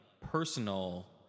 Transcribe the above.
personal